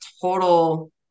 total